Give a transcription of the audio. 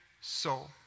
soul